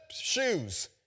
shoes